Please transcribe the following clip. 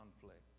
conflict